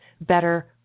better